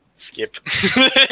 Skip